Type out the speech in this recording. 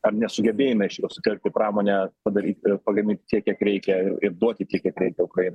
ar nesugebėjime išvis kartų pramonę padaryt ir pagamint tiek kiek reikia ir ir duoti tiek kiek reikia ukrainai